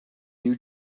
you